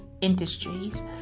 Industries